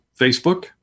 Facebook